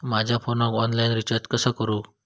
माझ्या फोनाक online recharge कसा करू?